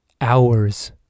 hours